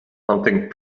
something